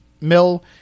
mill